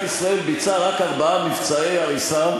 ישראל ביצעה רק ארבעה מבצעי הריסה,